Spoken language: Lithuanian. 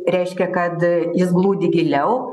reiškia kad jis glūdi giliau